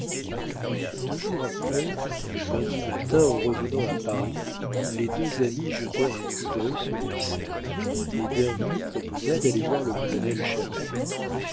deux jours après le lundi matin en revenant à paris les deux amis jetèrent un coup d'œil sur bicêtre et derville proposa d'aller voir le colonel